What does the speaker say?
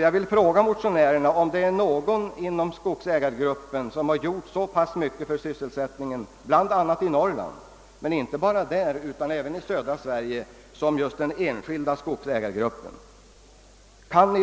Jag vill fråga motionärerna, om det finns någon annan skogsägargrupp i vårt land som under senare år har gjort så mycket för sysselsättningen inte bara i Norrland, utan även i södra Sverige, som gruppen av enskilda skogsägare. Det skulle